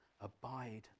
abide